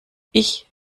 ich